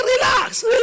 relax